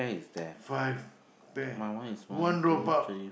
five pear one drop out